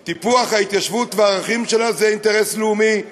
טיפוח ההתיישבות והערכים שלה זה אינטרס לאומי,